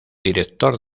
director